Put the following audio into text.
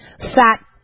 fat